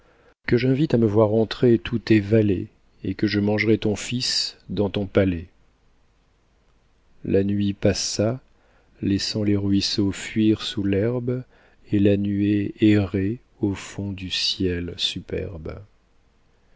que j'invite à me voir entrer tous tes valets et que je mangerai ton fils dans ton palais la nuit passa laissant les ruisseaux fuir sous l'herbe et la nuée errer au fond du ciel superbe